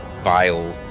vile